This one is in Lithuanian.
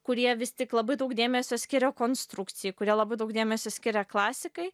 kurie vis tik labai daug dėmesio skiria konstrukcijai kurie labai daug dėmesio skiria klasikai